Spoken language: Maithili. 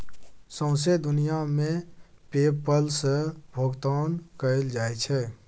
सौंसे दुनियाँ मे पे पल सँ भोगतान कएल जाइ छै